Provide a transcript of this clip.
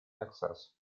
texas